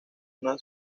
una